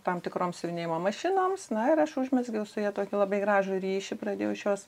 tam tikrom siuvinėjimo mašinoms na ir aš užmezgiau su ja tokį labai gražų ryšį pradėjau iš jos